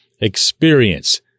experience